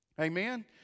Amen